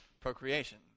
procreation